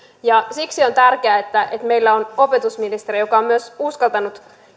siksi on tärkeää että meillä on opetusministeri joka on myös uskaltanut